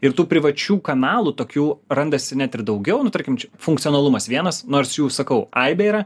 ir tų privačių kanalų tokių randasi net ir daugiau nu tarkim čia funkcionalumas vienas nors jų sakau aibė yra